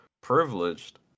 privileged